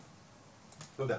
תודה.